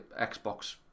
Xbox